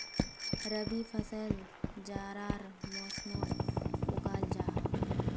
रबी फसल जाड़ार मौसमोट उगाल जाहा